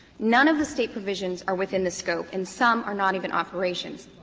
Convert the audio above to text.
none of the state provisions are within the scope and some are not even operations.